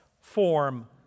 form